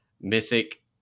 mythic